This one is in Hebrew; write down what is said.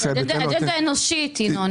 זאת אג'נדה אנושית ינון.